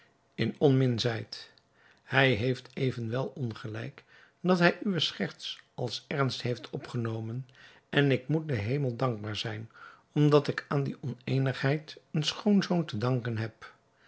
in onmin zijt hij heeft evenwel ongelijk dat hij uwe scherts als ernst heeft opgenomen en ik moet den hemel dankbaar zijn omdat ik aan die oneenigheid een schoonzoon te danken heb